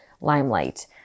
limelight